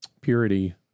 purity